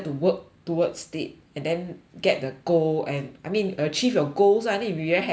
towards it and then get the goal and I mean achieve your goals ah then you will be happy about it